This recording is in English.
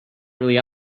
really